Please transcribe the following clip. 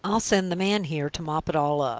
i'll send the man here to mop it all up.